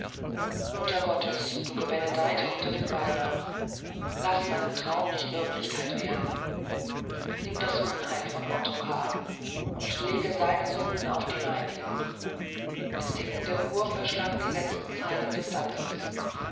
muttergottes du gebenedeite unter den weibern laß meinen traum nicht wirklichkeit werden nimm das unheil von ottokar und lege seine sünden auf die meinigen das ticken der uhr verschlang den letzten teil des satzes